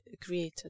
created